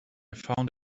found